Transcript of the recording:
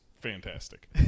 fantastic